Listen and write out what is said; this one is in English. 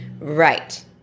right